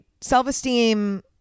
self-esteem